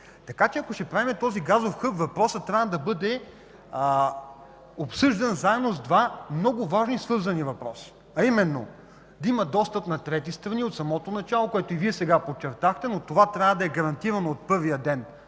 Така че, ако ще правим този газов хъб, въпросът трябва да бъде обсъждан заедно с два много важни и свързани въпроса, а именно да има достъп на трети страни от самото начало, което и Вие сега подчертахте, но това трябва да е гарантирано от първия ден